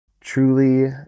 truly